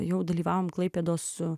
jau dalyvavome klaipėdos su